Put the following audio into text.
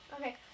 Okay